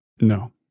No